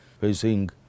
facing